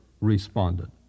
responded